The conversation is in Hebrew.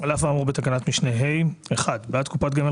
על אף האמור בתקנת משנה (ה) (1) בעד קופת גמל